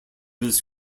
his